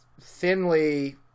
thinly